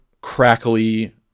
crackly